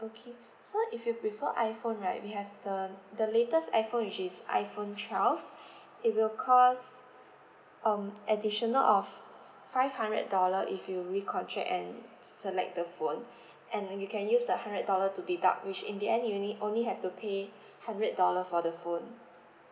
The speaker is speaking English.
okay so if you prefer iphone right we have the the latest iphone which is iphone twelve it will cost um additional of five hundred dollar if you recontract and select the phone and you can use the hundred dollar to deduct which in the end you need only have to pay hundred dollar for the phone